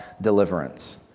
deliverance